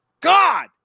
God